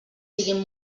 siguin